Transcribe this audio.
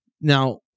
Now